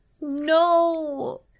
No